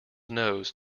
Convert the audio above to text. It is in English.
nose